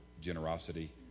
generosity